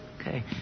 Okay